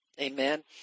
Amen